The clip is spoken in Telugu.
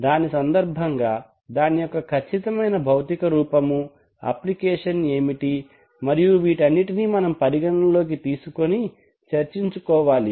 దాని సందర్భంగా దాని యొక్క ఖచ్చితమైన భౌతిక రూపము అప్లికేషన్ ఏమిటి మరియు వీటన్నిటిని మనము పరిగణన లోకి తీసుకుని చర్చించుకోవాలి